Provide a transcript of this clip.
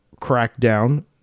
Crackdown